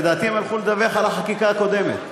לדעתי הם הלכו לדווח על החקיקה הקודמת.